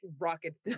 rocket